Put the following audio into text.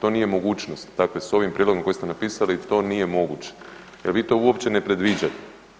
to nije mogućnost, dakle s ovim prijedlogom koji ste napisali to nije moguće jer vi to uopće ne predviđate.